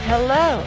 Hello